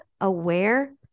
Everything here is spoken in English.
aware